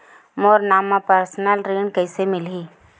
मोर नाम म परसनल ऋण कइसे मिलही?